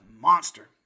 monster